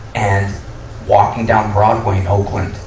and walking down broadway in oakland, ah,